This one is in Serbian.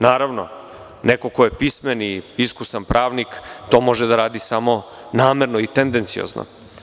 Naravno, neko ko je pismen i iskusan pravnik, to može da radi samo namerno i tendenciozno.